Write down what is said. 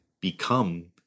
become